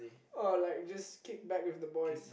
or like just kick back with the boys